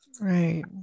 right